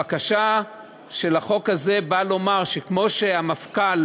הבקשה של החוק הזה היא לומר שכמו המפכ"ל,